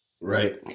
Right